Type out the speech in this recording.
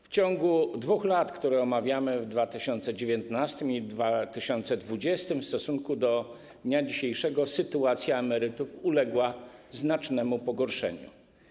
W ciągu 2 lat, które omawiamy, w latach 2019 i 2020, w stosunku do dnia dzisiejszego sytuacja emerytów uległa znacznemu pogorszeniu.